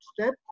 step